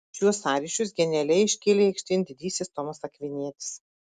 šiuos sąryšius genialiai iškėlė aikštėn didysis tomas akvinietis